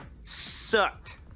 sucked